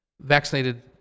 vaccinated